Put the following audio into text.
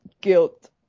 guilt